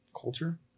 culture